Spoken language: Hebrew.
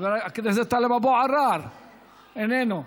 חבר הכנסת טלב אבו עראר איננו,